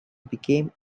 became